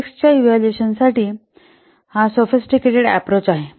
रिस्कच्या इव्हॅल्युएशनसाठी हा अधिक सोफिस्टिकेटेड अँप्रोच आहे